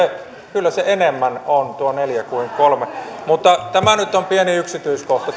kyllä se enemmän on tuo neljän kuin kolme mutta tämä nyt on pieni yksityiskohta